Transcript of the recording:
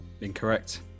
Incorrect